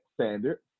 standard